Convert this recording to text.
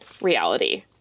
reality